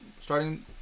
starting